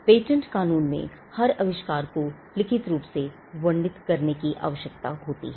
patent कानून में हर आविष्कार को लिखित रूप में वर्णित करने की आवश्यकता होती है